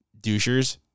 douchers